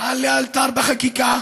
פעל לאלתר בחקיקה,